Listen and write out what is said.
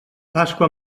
pasqua